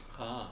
!huh!